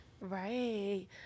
Right